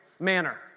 manner